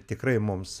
tikrai mums